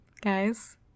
guys